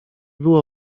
było